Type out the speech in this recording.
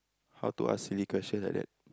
how to ask silly question like that